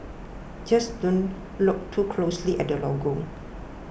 just don't look too closely at the logo